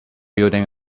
building